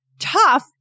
Tough